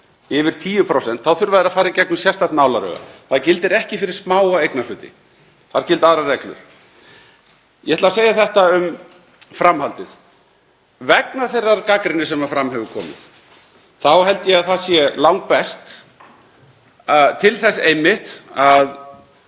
yfir 10%, þá þurfa þeir að fara í gegnum sérstakt nálarauga. Það gildir ekki fyrir smáa eignarhluti. Þar gilda aðrar reglur. Ég ætla að segja þetta um framhaldið: Vegna þeirrar gagnrýni sem fram hefur komið þá held ég að það sé langbest til þess að